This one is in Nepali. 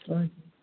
हज